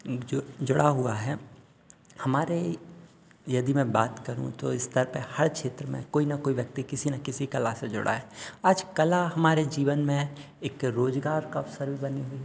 जु जुड़ा हुआ है हमारे यदि मैं बात करूँ तो स्तर पर हर क्षेत्र में कोई न कोई व्यक्ति किसी न किसी कला से जुड़ा है आज कला हमारे जीवन में एक रोज़गार का अवसर भी बनी हुई है